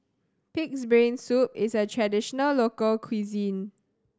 Pig's Brain Soup is a traditional local cuisine